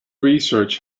research